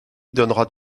donneras